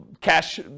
cash